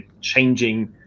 changing